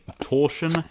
Torsion